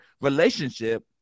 relationship